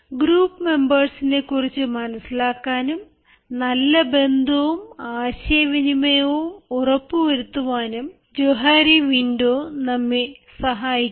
group മെമ്പേഴ്സിനെ കുറിച്ച് മനസ്സിലാക്കാനും നല്ല ബന്ധവും ആശയ വിനിമയവും ഉറപ്പു വരുത്തുവാനും ജോഹാരി വിന്ഡോ നമ്മെ സഹായിക്കുന്നു